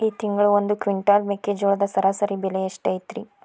ಈ ತಿಂಗಳ ಒಂದು ಕ್ವಿಂಟಾಲ್ ಮೆಕ್ಕೆಜೋಳದ ಸರಾಸರಿ ಬೆಲೆ ಎಷ್ಟು ಐತರೇ?